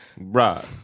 Right